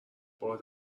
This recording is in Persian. باهات